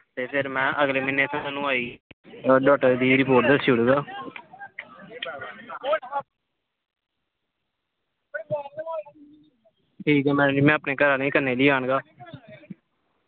ते फिर में अगले म्हीने थूआनूं आइयै डाक्टर दी रिपोर्ट दस्सी ओड़गा ठीक ऐ मैम जी में अपने घरे आह्लें गी कन्नै लेआनगा